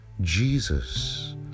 Jesus